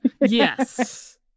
yes